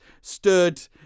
stood